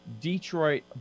Detroit